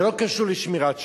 זה לא קשור לשמירת שבת.